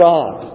God